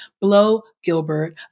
Blow-Gilbert